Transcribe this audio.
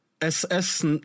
SS